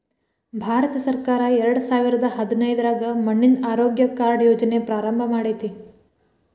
ಭಾರತಸರ್ಕಾರ ಎರಡಸಾವಿರದ ಹದಿನೈದ್ರಾಗ ಮಣ್ಣಿನ ಆರೋಗ್ಯ ಕಾರ್ಡ್ ಯೋಜನೆ ಪ್ರಾರಂಭ ಮಾಡೇತಿ